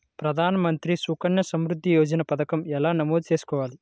ప్రధాన మంత్రి సుకన్య సంవృద్ధి యోజన పథకం ఎలా నమోదు చేసుకోవాలీ?